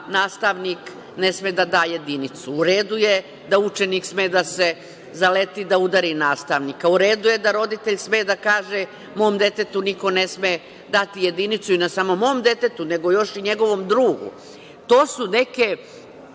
da nastavnik ne sme da da jedinicu, u redu je da učenik sme da se zaleti da udari nastavnika, u redu je da roditelj sme da kaže, mom detetu ne sme dati jedinicu, i ne samo mom detetu, nego još i njegovom drugu. To su neke